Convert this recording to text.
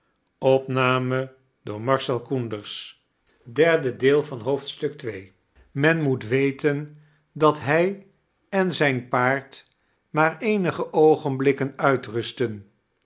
men moet weten dat hij en zijn paard maar eeniige oogenbdikken uitrustten